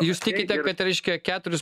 jūs tikite kad reiškia keturis